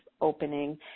opening